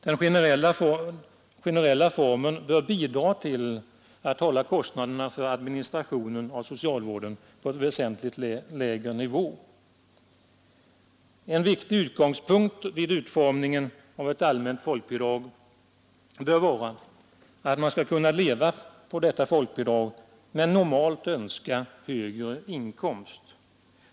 Den generella formen bör bidra till att hålla kostnaderna för administrationen av socialvården på en väsentligt lägre nivå. En väsentlig utgångspunkt vid utformningen av ett allmänt folkbidrag bör vara att man skall kunna leva på det men normalt önska en högre inkomst.